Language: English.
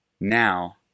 Now